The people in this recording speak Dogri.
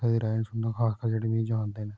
में कुसा दी राय नी सुनदा खासकर जेह्ड़े मिगी जानदे न